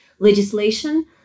Legislation